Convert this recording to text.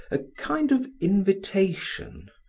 a kind of invitation,